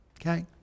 Okay